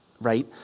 right